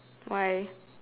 why